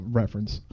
reference